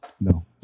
no